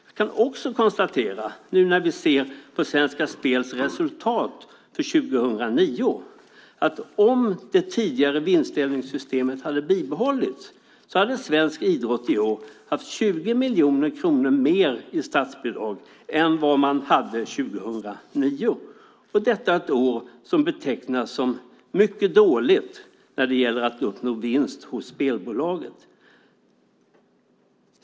Det kan också konstateras nu när vi ser Svenska Spels resultat för 2009 att om det tidigare vinstdelningssystemet hade behållits skulle svensk idrott i år ha haft 20 miljoner kronor mer i statsbidrag än man hade 2009 - ett år som betecknas som mycket dåligt när det gäller att uppnå vinst hos spelbolaget.